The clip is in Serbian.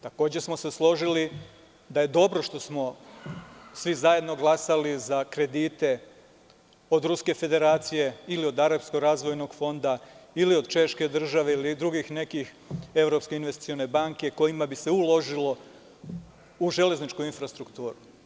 Takođe smo se složili da je dobro što smo svi zajedno glasali za kredite od Ruske Federacije ili od Arapskog razvojnog fonda ili od češke države ili od Evropske investicione banke, kojima bi se uložilo u železničku infrastrukturu.